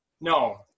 no